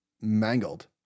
mangled